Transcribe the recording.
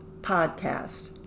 podcast